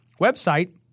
website